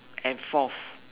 and forth